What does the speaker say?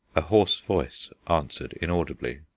a hoarse voice answered inaudibly.